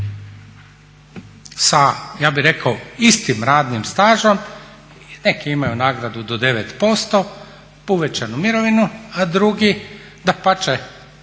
sa ja bih rekao istim radnim stažem neki imaju nagradu do 9% uvećanu mirovinu, a drugi dapače